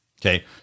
Okay